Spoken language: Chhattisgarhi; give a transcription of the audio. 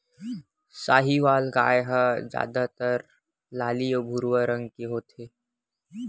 साहीवाल गाय ह जादातर लाली अउ भूरवा रंग के होथे